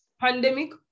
pandemic